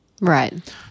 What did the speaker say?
Right